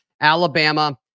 Alabama